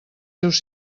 seus